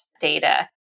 data